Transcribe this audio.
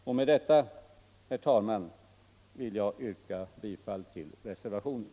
Med det anförda, herr talman, vill jag yrka bifall till reservationen.